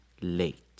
late